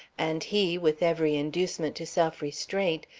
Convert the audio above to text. and he, with every inducement to self-restraint,